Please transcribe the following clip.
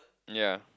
ya